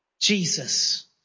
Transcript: Jesus